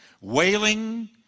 wailing